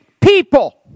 people